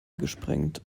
gesprengt